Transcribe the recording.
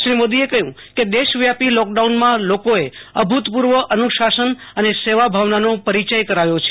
શ્રી મોદીએ કહયું કે દેશવ્યાપી લોકડાઉનમાં લોકોએ અભૂતપૂર્વ અનુશાસન અન સેવાભાવના નો પરિચય કરાવ્યો છે